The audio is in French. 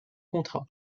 contrat